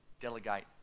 delegate